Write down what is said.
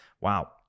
Wow